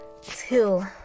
till